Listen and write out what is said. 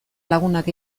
lagunak